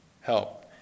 help